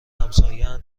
همساین